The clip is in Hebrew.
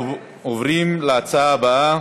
אנחנו עוברים להצעה הבאה,